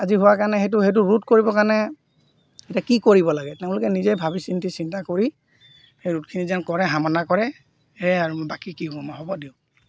আজি হোৱাৰ কাৰণে সেইটো সেইটো ৰোধ কৰিবৰ কাৰণে এতিয়া কি কৰিব লাগে তেওঁলোকে নিজে ভাবি চিন্তি চিন্তা কৰি সেই ৰোধখিনি যেন কৰে সামানা কৰে এই আৰু বাকী কি ক'ম আৰু হ'ব দিয়ক